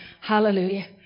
Hallelujah